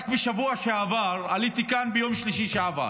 רק בשבוע שעבר עליתי כאן ביום שלישי שעבר